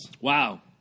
Wow